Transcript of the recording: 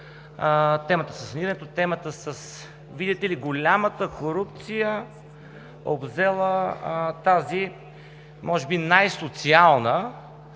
между впрочем темата с, видите ли, голямата корупция, обзела тази може би най-социална,